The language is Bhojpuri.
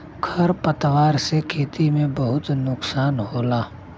खर पतवार से खेती में बहुत नुकसान होला